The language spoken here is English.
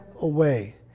away